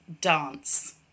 dance